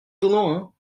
donnant